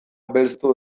belztu